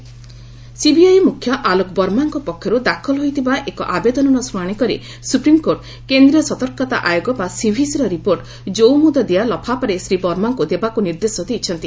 SC CBI CBI ମୁଖ୍ୟ ଆଲୋକ ବର୍ମାଙ୍କ ପକ୍ଷରୁ ଦାଖଲ ହୋଇଥିବା ଏକ ଆବେଦନର ଶୁଣାଶି କରି ସୁପ୍ରିମକୋର୍ଟ କେନ୍ଦ୍ରୀୟ ସତର୍କତା ଆୟୋଗ ବା ସିଭିସିର ରିପୋର୍ଟ ଯଉମୁଦ୍ଦଦିଆ ଲଫାପାରେ ଶ୍ରୀ ବର୍ମାଙ୍କୁ ଦେବାକୁ ନିର୍ଦ୍ଦେଶ ଦେଇଛନ୍ତି